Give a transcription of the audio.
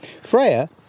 Freya